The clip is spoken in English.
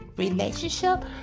relationship